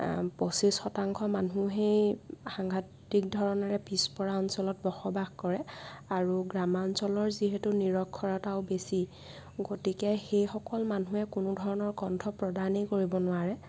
পচিশ শতাংশ মানুহেই সাংঘাটিক ধৰণেৰে পিছপৰা অঞ্চলত বসবাস কৰে আৰু গ্ৰামাঞ্চলৰ যিহেতু নিৰক্ষৰতাও বেছি গতিকে সেইসকল মানুহে কোনো ধৰণৰ কণ্ঠ প্ৰদানেই কৰিব নোৱাৰে